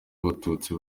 abatutsi